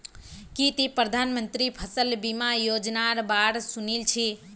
की ती प्रधानमंत्री फसल बीमा योजनार बा र सुनील छि